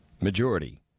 majority